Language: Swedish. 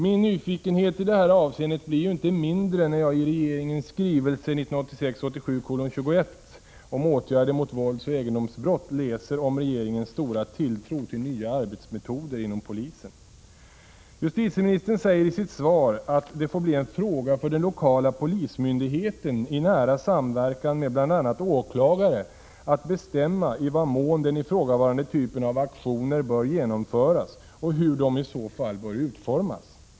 Min nyfikenhet i det här avseendet blir inte mindre när jag i regeringens skrivelse 1986/87:21 om åtgärder mot våldsoch egendomsbrott läser om regeringens stora tilltro till nya arbetsmetoder inom polisen. Justitieministern säger i sitt svar att det får bli en fråga för den lokala polismyndigheten i nära samverkan med bl.a. åklagare att bestämma i vad mån den ifrågavarande typen av aktioner bör genomföras och hur de i så fall bör utformas.